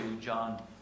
John